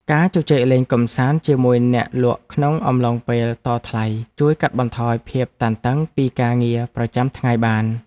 ការជជែកលេងកម្សាន្តជាមួយអ្នកលក់ក្នុងអំឡុងពេលតថ្លៃជួយកាត់បន្ថយភាពតានតឹងពីការងារប្រចាំថ្ងៃបាន។